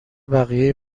بقیه